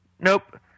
Nope